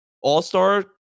all-star